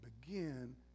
begin